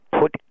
put